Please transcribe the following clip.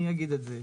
אני אגיד את זה.